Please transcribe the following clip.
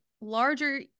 larger